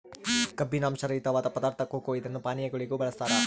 ಕಬ್ಬಿನಾಂಶ ರಹಿತವಾದ ಪದಾರ್ಥ ಕೊಕೊ ಇದನ್ನು ಪಾನೀಯಗಳಿಗೂ ಬಳಸ್ತಾರ